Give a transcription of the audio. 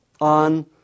on